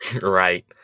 Right